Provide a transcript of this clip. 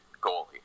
goalie